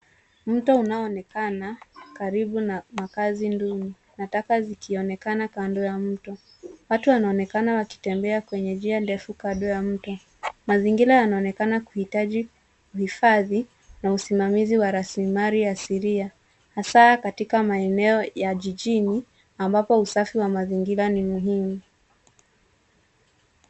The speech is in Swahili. Mto unaoonekana karibu na makaazi duni na taka zikionekana kando ya mto. Watu wanaonekana wakitembea kwenye njia ndefu kando ya mto. Mazingira yanaonekana kuhitaji kuhifadhi na usimamizi wa rasilimali asilia, hasa katika maeneo ya jijini ambapo usafi wa mazingira ni muhimu.